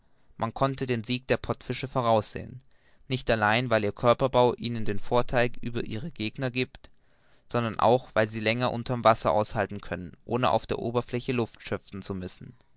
man konnte den sieg der pottfische voraussehen nicht allein weil ihr körperbau ihnen den vortheil über ihre gegner giebt sondern auch weil sie länger unter'm wasser aushalten können ohne auf der oberfläche luft schöpfen zu müssen